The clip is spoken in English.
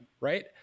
right